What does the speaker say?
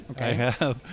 Okay